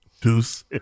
Deuce